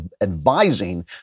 advising